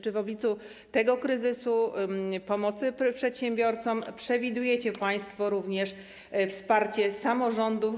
Czy w obliczu tego kryzysu, pomocy przedsiębiorcom, przewidujecie państwo również wsparcie samorządów?